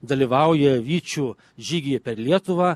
dalyvauja vyčių žygyje per lietuvą